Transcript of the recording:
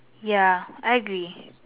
ya I agree